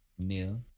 Nil